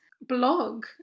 blog